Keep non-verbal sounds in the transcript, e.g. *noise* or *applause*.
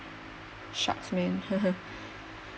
shucks man *laughs*